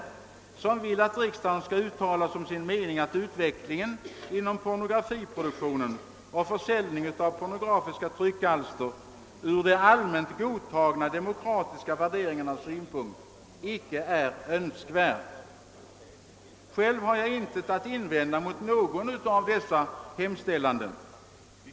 I denna senare motion yrkas att riksdagen måtte uttala som sin mening att utvecklingen inom pornografiproduktionen och försäljningen av pornografiska tryckalster enligt allmänt godtagna demokratiska värderingar icke är önskvärd. Själv har jag intet att invända mot något av dessa förslag.